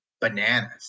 bananas